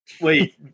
Wait